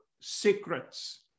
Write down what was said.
secrets